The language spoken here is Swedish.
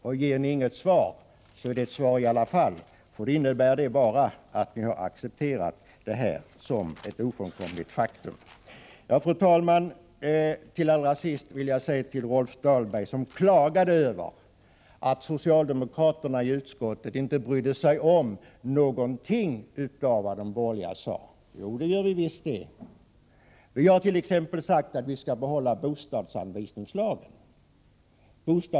Och ett uteblivet svar är i alla fall ett svar, för det innebär bara att ni har accepterat detta som ett ofrånkomligt faktum. Fru talman! Till sist vill jag vända mig till Rolf Dahlberg, som klagade över att socialdemokraterna i utskottet inte brydde sig om någonting av vad de borgerliga sade. Det gör vi visst! Vi har t.ex. sagt att vi skall behålla bostadsanvisningslagen.